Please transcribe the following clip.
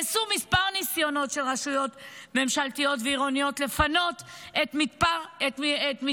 נעשו כמה ניסיונות של רשויות ממשלתיות ועירוניות לפנות את מתחם